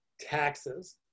taxes